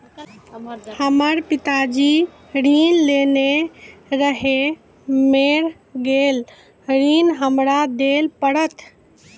हमर पिताजी ऋण लेने रहे मेर गेल ऋण हमरा देल पड़त?